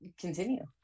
Continue